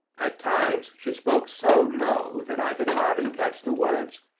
at times she spoke so low that i could hardly catch the words.